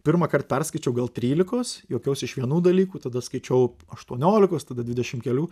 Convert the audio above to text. pirmąkart perskaičiau gal trylikos juokiausi iš vienų dalykų tada skaičiau aštuoniolikos tada dvidešimt kelių